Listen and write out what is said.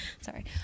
sorry